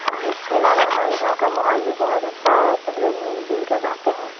اور اس کے علاوہ ہمارے گاؤں کا ماحول بھی بہت اچھا ہے سب لوگ مل جل کر رہتے ہیں